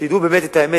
שידעו את האמת,